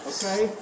Okay